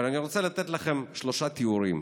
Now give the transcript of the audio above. אבל אני רוצה לתת לכם שלושה תיאורים